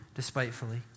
Despitefully